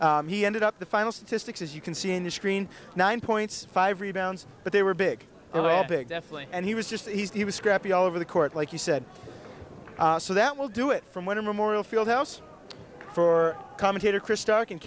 needed he ended up the final statistics as you can see in the screen nine points five rebounds but they were big overall big definitely and he was just he was scrappy all over the court like you said so that will do it from when a memorial field house for commentator chris stark and